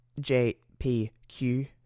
JPQ